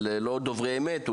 אבל לא דוברי אמת,